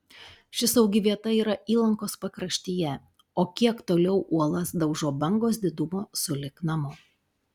ši saugi vieta yra įlankos pakraštyje o kiek toliau uolas daužo bangos didumo sulig namu